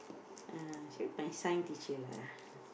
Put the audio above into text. uh she my science teacher lah